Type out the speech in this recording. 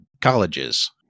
colleges